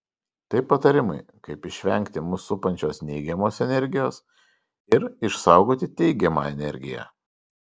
tai patarimai kaip išvengti mus supančios neigiamos energijos ir išsaugoti teigiamą energiją